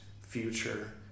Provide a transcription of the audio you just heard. future